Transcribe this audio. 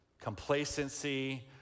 complacency